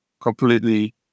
completely